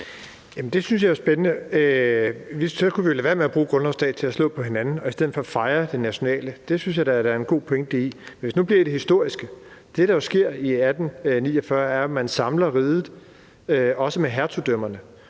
det synes jeg er spændende. Så kunne vi jo lade være med at bruge grundlovsdag til at slå på hinanden og i stedet for fejre det nationale – det synes jeg da der er en god pointe i. Men hvis vi nu bliver i det historiske: Det, der sker i 1849, er, at man samler riget også med hertugdømmerne,